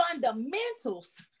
fundamentals